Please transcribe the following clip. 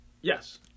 Yes